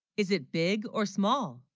is it big or small